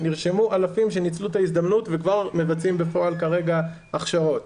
נרשמו אלפים שניצלו את ההזדמנות וכבר מבצעים בפועל כרגע הכשרות.